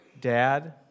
dad